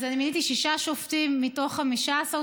אז אני מיניתי שישה שופטים מתוך 15,